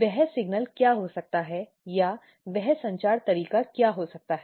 वह संकेतक्या हो सकता है या वह संचार तरीका क्या हो सकता है